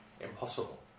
impossible